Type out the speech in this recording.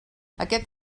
aquest